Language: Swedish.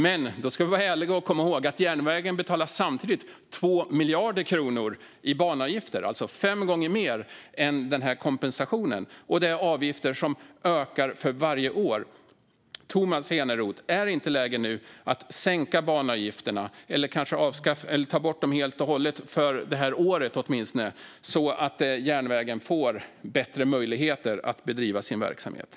Men då ska vi vara ärliga och komma ihåg att järnvägen samtidigt betalar 2 miljarder kronor i banavgifter, alltså fem gånger mer än kompensationen, och det är avgifter som ökar varje år. Tomas Eneroth! Är det inte läge att sänka banavgifterna eller ta bort dem helt och hållet, åtminstone för det här året, så att järnvägen får bättre möjligheter att bedriva sin verksamhet?